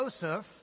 Joseph